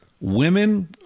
Women